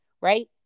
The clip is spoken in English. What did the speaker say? right